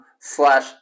slash